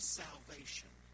salvation